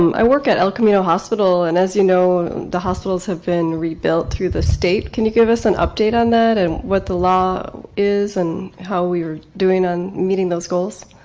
i work at el camino hospital, and as you know, the hospitals have been rebuilt through the state. can you give us an update on that and what the law is and how we're doing on meeting those goals?